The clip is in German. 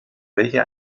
welcher